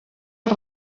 els